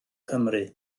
cymru